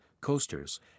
coasters